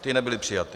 Ty nebyly přijaty.